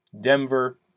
Denver